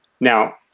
Now